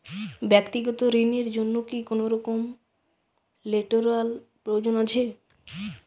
ব্যাক্তিগত ঋণ র জন্য কি কোনরকম লেটেরাল প্রয়োজন আছে?